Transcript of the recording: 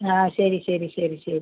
ആ ശരി ശരി ശരി ശരി